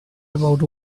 about